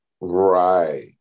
Right